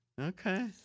Okay